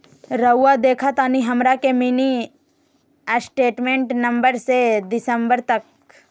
रहुआ देखतानी हमरा के मिनी स्टेटमेंट नवंबर से दिसंबर तक?